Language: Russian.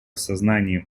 сознание